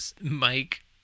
Mike